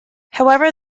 however